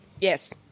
Yes